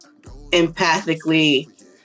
empathically